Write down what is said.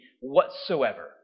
whatsoever